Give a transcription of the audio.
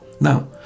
Now